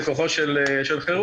זה כוחו של חירום,